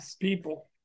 people